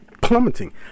plummeting